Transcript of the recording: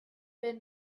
been